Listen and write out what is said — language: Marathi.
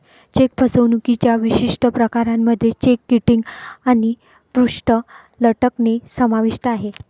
चेक फसवणुकीच्या विशिष्ट प्रकारांमध्ये चेक किटिंग आणि पृष्ठ लटकणे समाविष्ट आहे